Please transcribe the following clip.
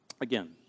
Again